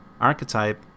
Archetype